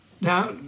Now